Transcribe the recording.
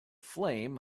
flame